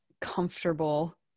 comfortable